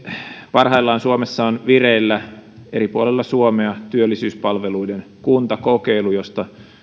parhaillaan on vireillä eri puolilla suomea työllisyyspalveluiden kuntakokeilu josta